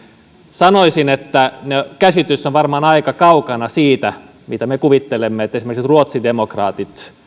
sanoisin että käsitys olisi varmaan aika kaukana siitä mitä me kuvittelemme että esimerkiksi ruotsidemokraatit